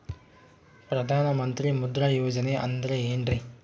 ಪ್ರಧಾನ ಮಂತ್ರಿ ಮುದ್ರಾ ಯೋಜನೆ ಅಂದ್ರೆ ಏನ್ರಿ?